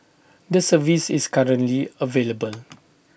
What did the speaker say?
the service is currently available